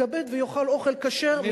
יתכבד ויאכל אוכל כשר מתוך התחשבות,